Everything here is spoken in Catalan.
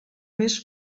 més